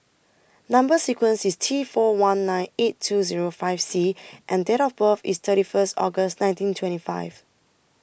Number sequence IS T four one nine eight two Zero five C and Date of birth IS thirty First August nineteen twenty five